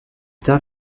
tard